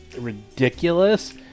ridiculous